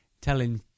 telling